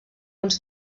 uns